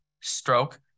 stroke